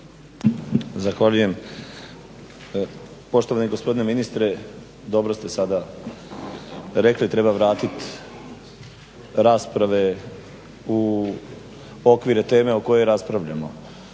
Zahvaljujem. Poštovani gospodine ministre dobro ste sada rekli treba vratiti rasprave u okvire teme o kojoj raspravljamo